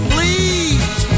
Please